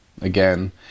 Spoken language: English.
again